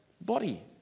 body